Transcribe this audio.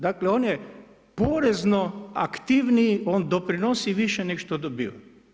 Dakle on je porezno aktivniji, on doprinosi više nego što dobiva.